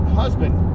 husband